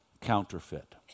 counterfeit